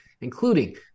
including